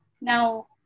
Now